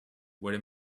wait